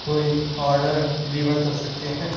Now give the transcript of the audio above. کوئی order deliver کر سکتے ہیں